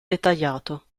dettagliato